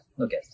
Okay